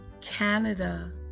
Canada